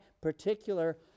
particular